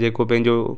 जेको पंहिंजो